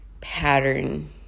pattern